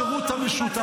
-- פקודת השירות המשותף.